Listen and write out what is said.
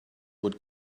would